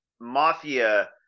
mafia